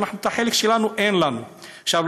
כי אנחנו,